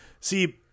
see